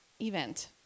event